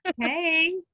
hey